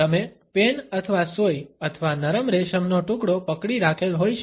તમે પેન અથવા સોય અથવા નરમ રેશમનો ટુકડો પકડી રાખેલ હોય શકે